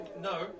No